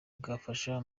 bwafasha